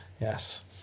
Yes